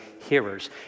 hearers